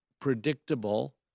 predictable